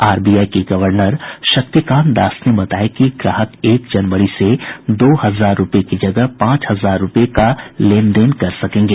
RBI के governor Shaktikanta Das ने बताया कि ग्राहक एक जनवरी से दो हजार रूपये की जगह पांच हजार रूपये का लेनदेन कर सकेंगे